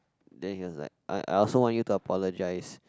then he was like I I also want you to apologise